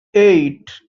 eight